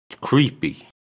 creepy